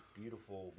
beautiful